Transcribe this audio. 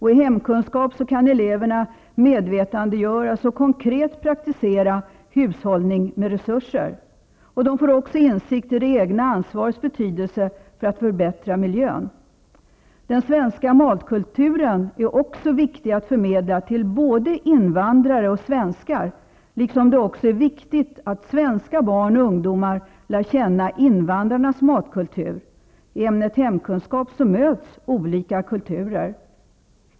I hemkunskap kan eleverna medvetandegöras och konkret praktisera hushållning med resurser. De får också insikter i det egna ansvarets betydelse för att förbättra miljön. Det är viktigt att förmedla den svenska matkulturen till både invandrare och svenskar, liksom det även är viktigt att svenska barn och ungdomar lär känna invandrarnas matkultur. I ämnet hemkunskap möts olika kulturer.